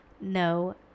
no